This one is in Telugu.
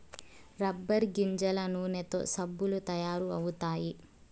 రబ్బర్ గింజల నూనెతో సబ్బులు తయారు అవుతాయి